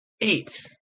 eight